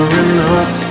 enough